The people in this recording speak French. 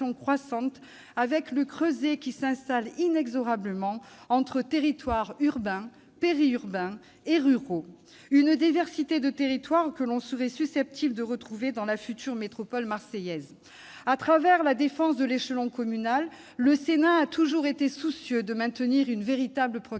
du creuset qui s'installe inexorablement entre les territoires urbains, périurbains et ruraux, une diversité de territoires que l'on serait susceptible de retrouver dans la future métropole marseillaise. Au travers de la défense de l'échelon communal, le Sénat a toujours été soucieux de maintenir une véritable proximité,